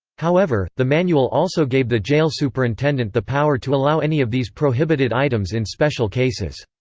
however, the manual also gave the jail superintendent the power to allow any of these prohibited items in special cases.